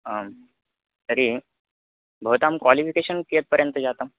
आं तर्हि भवतां क्वालिफ़िकेशन् कियत् पर्यन्त जातम्